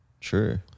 True